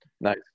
Nice